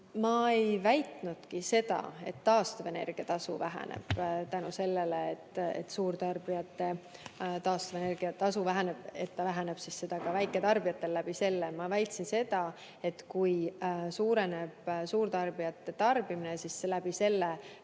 Ma ei väitnudki seda, et taastuvenergia tasu väheneb tänu sellele, et suurtarbijate taastuvenergia tasu väheneb, et ta sellega väheneb ka väiketarbijatel. Ma väitsin seda, et kui suureneb suurtarbijate tarbimine, siis selle